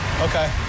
Okay